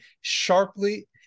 sharply